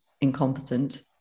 incompetent